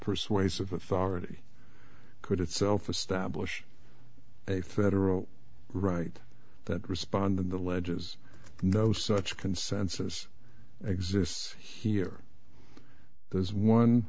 persuasive authority could itself establish a federal right that responded alleges no such consensus exists here there is one